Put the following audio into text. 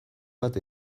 bat